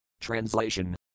Translation